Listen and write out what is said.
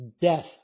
death